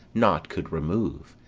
naught could remove,